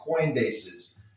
Coinbases